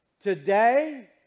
Today